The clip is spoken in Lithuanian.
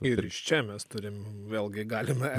ir iš čia mes turime vėlgi galime